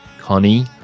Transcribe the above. Connie